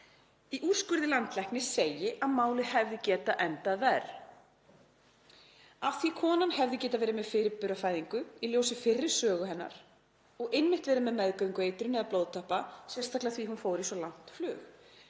Í úrskurði landlæknis segir að málið hefði getað endað ver af því konan hefði getað verið með fyrirburafæðingu í ljósi fyrri sögu hennar og einmitt verið með meðgöngueitrun eða blóðtappa, sérstaklega því hún fór í svo langt flug.